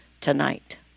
tonight